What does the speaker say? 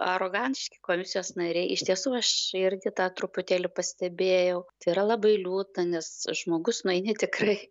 arogantiški koalicijos nariai iš tiesų aš irgi tą truputėlį pastebėjau tai yra labai liūdna nes žmogus nueini tikrai